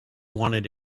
wanted